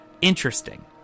interesting